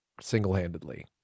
single-handedly